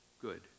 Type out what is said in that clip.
good